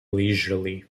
leisurely